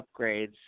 upgrades